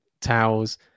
towels